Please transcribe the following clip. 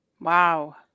Wow